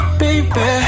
baby